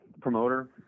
Promoter